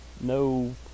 No